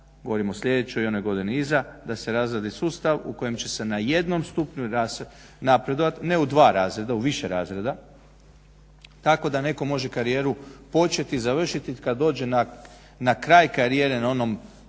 govorim o sljedećoj i onoj godini iza, da se razradi sustav u kojem će se na jednom stupnju napredovat ne u dva razreda, u više razreda, tako da netko može karijeru početi i završiti kad dođe na kraj karijere na onom nižem